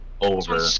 over